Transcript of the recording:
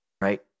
right